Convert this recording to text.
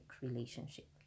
relationship